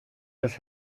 des